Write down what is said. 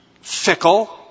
fickle